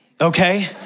Okay